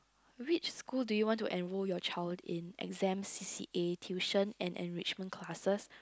which school do you want to enroll your child in exam c_c_a tuition and enrichment classes